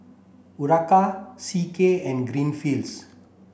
Urana C K and Greenfields